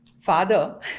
Father